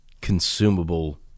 consumable